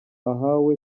ahawe